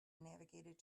navigated